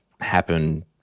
happen